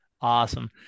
awesome